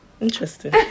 Interesting